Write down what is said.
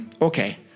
Okay